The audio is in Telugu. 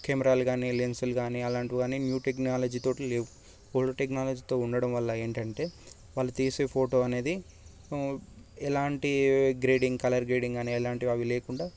కెమెరాలు గానీ లెన్సులు గానీ అలాంటివి గానీ న్యూ టెక్నాలజీతోని లేవు ఓల్డ్ టెక్నాలజీతో ఉండడం వల్ల ఏంటంటే వాళ్ళు తీసే ఫోటో అనేది ఎలాంటి గ్రేడింగ్ గానీ కలర్ గ్రేడింగ్ గానీ ఎలాంటివి అవి లేకుండా